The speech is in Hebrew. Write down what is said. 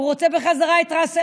הוא רוצה בחזרה את ראס אל-עין.